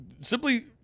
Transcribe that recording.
simply